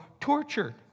tortured